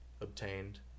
obtained